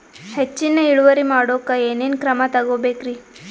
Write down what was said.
ಹೆಚ್ಚಿನ್ ಇಳುವರಿ ಮಾಡೋಕ್ ಏನ್ ಏನ್ ಕ್ರಮ ತೇಗೋಬೇಕ್ರಿ?